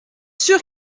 sûr